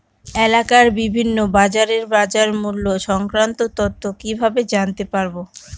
এলাকার বিভিন্ন বাজারের বাজারমূল্য সংক্রান্ত তথ্য কিভাবে জানতে পারব?